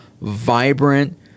vibrant